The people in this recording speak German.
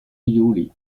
juli